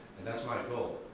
and that's my goal,